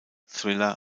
thriller